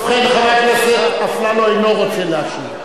ובכן, חבר הכנסת אפללו אינו רוצה להשיב.